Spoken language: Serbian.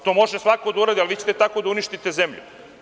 To može svako da uradi, ali vi ćete tako da uništite zemlju.